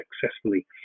successfully